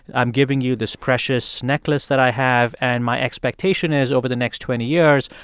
i'm giving you this precious necklace that i have. and my expectation is over the next twenty years,